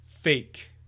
Fake